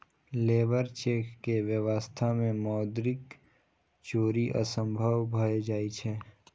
labour cheque के व्यवस्था मे मौद्रिक चोरी असंभव भए जाइ छै